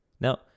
Now